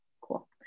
Cool